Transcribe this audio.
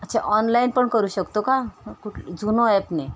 अच्छा ऑनलाइन पण करू शकतो का क कु झूनो ॲपने